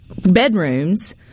bedrooms